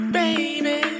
baby